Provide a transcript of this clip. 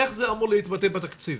איך זה אמור להתבטא בתקציב?